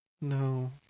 no